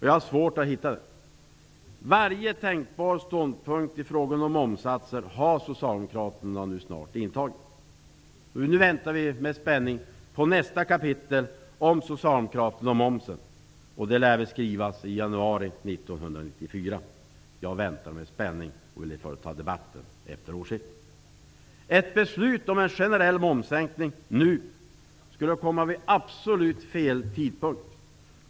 Jag har svårt att hitta sådana. Socialdemokraterna har snart intagit varje tänkbar ståndpunkt i frågan om momssatser. Nu väntar vi med spänning på nästa kapitel om Socialdemokraterna och momsen. Det lär väl skrivas i januari 1994. Jag inväntar alltså med spänning den debatt som kommer att föras efter årsskiftet. Det är nu absolut fel tidpunkt att göra en generell momssänkning.